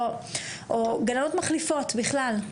או גננות מחליפות בכלל,